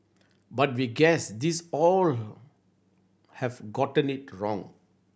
but we guess these all have gotten it wrong